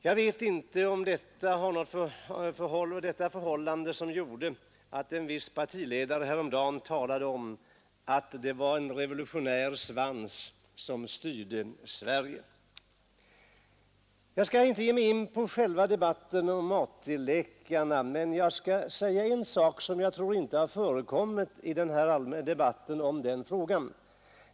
Jag vet inte om det var detta förhållande som gjorde att en viss partiledare häromdagen talade om att det var en revolutionär svans som styrde Sverige. Jag skall inte ge mig in på någon direkt debatt om AT-läkarna, men däremot vill jag säga en sak som jag inte tror har förekommit tidigare i den här debatten.